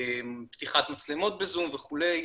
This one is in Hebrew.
פתיחת מצלמות בזום וכולי.